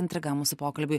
intriga mūsų pokalbiui